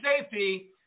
safety